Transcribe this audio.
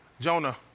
Jonah